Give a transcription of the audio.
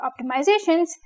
optimizations